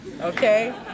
Okay